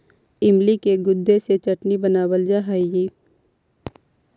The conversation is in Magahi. इमली के गुदे से चटनी बनावाल जा हई